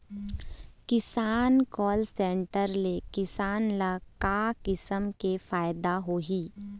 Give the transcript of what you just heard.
किसान call centre ले किसान ल का किसम के फायदा होही?